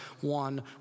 one